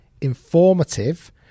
informative